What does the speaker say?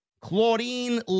Claudine